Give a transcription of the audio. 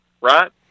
right